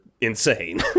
insane